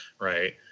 right